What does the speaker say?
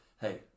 Hey